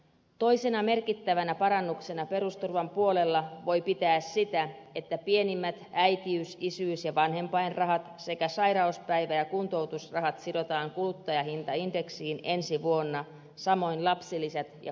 toisena merkittävänä parannuksena perusturvan puolella voi pitää sitä että pienimmät äitiys isyys ja vanhempainrahat sekä sairauspäivä ja kuntoutusrahat sidotaan kuluttajahintaindeksiin ensi vuonna samoin lapsilisät ja kotihoidon tuet